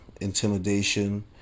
intimidation